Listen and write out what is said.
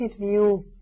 view